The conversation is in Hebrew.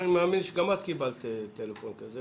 אני מאמין שגם את קיבלת טלפון כזה.